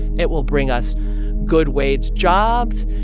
it will bring us good wage jobs.